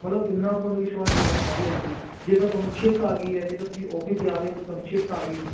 ਮਤਲਬ ਇੰਨਾਂ ਕੁ ਅੰਧ ਵਿਸ਼ਵਾਸ ਹੈਗਾ ਹਾਂਜੀ ਹਾਂਜੀ ਜੇਕਰ ਤੁਹਾਨੂੰ ਛਿੱਕ ਆ ਗਈ ਹੈ ਜੇਕਰ ਤੁਸੀਂ ਆਫਿਸ ਜਾ ਰਹੇ ਹੋ ਤਾਂ ਤੁਹਾਨੂੰ ਛਿੱਕ ਆ ਗਈ